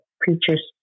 preacher's